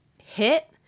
hit